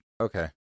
okay